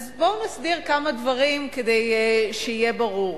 אז, בואו נסדיר כמה דברים, כדי שיהיה ברור: